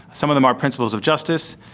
some of them are principles of justice,